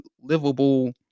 livable